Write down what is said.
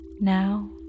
Now